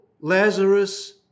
Lazarus